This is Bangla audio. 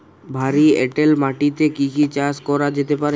ভারী এঁটেল মাটিতে কি কি চাষ করা যেতে পারে?